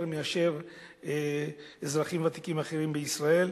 מאשר אצל אזרחים ותיקים אחרים בישראל.